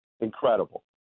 Incredible